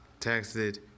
texted